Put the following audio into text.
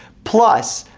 plus,